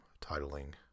titling